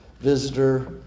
visitor